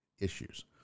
issues